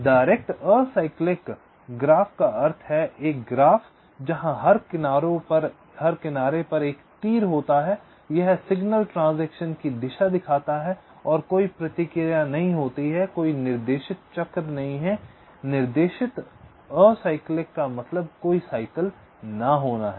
direct acyclic graph का अर्थ है एक ग्राफ जहां हर किनारों पर एक तीर होता है यह सिग्नल ट्रांजेक्शन की दिशा दिखाता है और कोई प्रतिक्रिया नहीं होती है कोई निर्देशित चक्र नहीं है निर्देशित एसाइक्लिक का का मतलब कोई साइकिल ना होना है